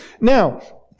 Now